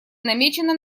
намечена